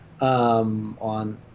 on